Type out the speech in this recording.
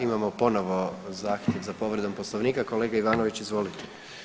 Imamo ponovo zahtjev za povredom Poslovnika, kolega Ivanović izvolite.